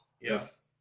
Yes